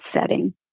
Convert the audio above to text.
setting